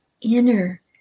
inner